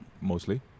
Mostly